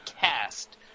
cast